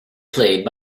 played